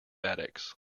addicts